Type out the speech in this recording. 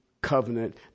covenant